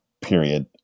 Period